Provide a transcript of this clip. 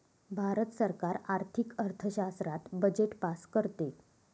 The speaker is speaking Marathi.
भारत सरकार आर्थिक अर्थशास्त्रात बजेट पास करते